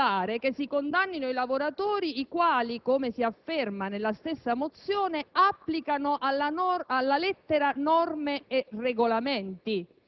Come se le proteste dei lavoratori siano la causa e non la conseguenza della drammatica situazione che l'azienda sta vivendo.